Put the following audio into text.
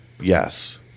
Yes